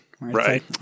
Right